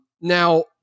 Now